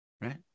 right